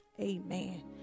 Amen